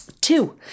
Two